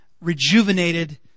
rejuvenated